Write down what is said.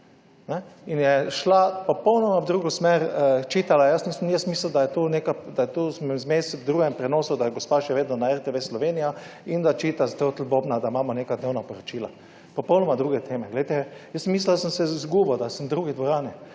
in je šla popolnoma v drugo smer, čitala, jaz mislil, da je to zmes v drugem prenosu, da je gospa še vedno na RTV Slovenija in da čitate Bobna, da imamo neka dnevna poročila. Popolnoma druge teme. Glejte, jaz sem mislila, da sem se izgubil, da sem v drugi dvorani.